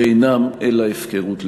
שאינם אלא הפקרות לשמה.